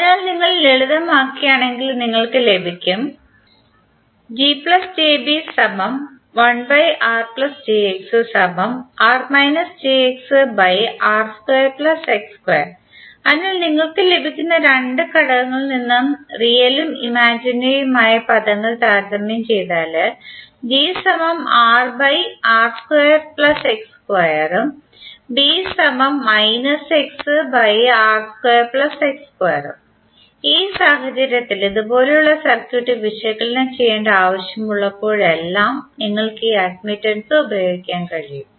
അതിനാൽ നിങ്ങൾ ലളിതമാക്കുകയാണെങ്കിൽ നിങ്ങൾക്ക് ലഭിക്കും അതിനാൽ നിങ്ങൾക്ക് ലഭിക്കുന്ന രണ്ട് ഘടകങ്ങളിൽ നിന്നും റിയൽ ഉം ഇമാജിനറിയുമായ പദങ്ങൾ താരതമ്യം ചെയ്താൽ ഈ സാഹചര്യത്തിൽ ഇതുപോലുള്ള സർക്യൂട്ട് വിശകലനം ചെയ്യേണ്ട ആവശ്യമുള്ളപ്പോഴെല്ലാം നിങ്ങൾക്ക് ഈ അട്മിറ്റെൻസ് ഉപയോഗിക്കാൻ കഴിയും